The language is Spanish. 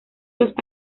los